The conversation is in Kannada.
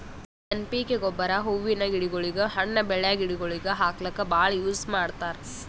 ಎನ್ ಪಿ ಕೆ ಗೊಬ್ಬರ್ ಹೂವಿನ್ ಗಿಡಗೋಳಿಗ್, ಹಣ್ಣ್ ಬೆಳ್ಯಾ ಗಿಡಗೋಳಿಗ್ ಹಾಕ್ಲಕ್ಕ್ ಭಾಳ್ ಯೂಸ್ ಮಾಡ್ತರ್